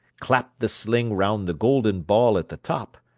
clapped the sling round the golden ball at the top,